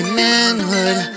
manhood